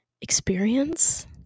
experience